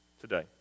today